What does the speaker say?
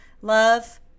Love